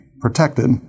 protected